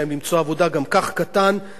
אתה גוזר עליהם חיים של עוני.